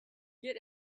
get